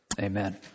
Amen